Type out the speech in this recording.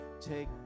take